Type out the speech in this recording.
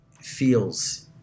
feels